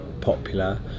popular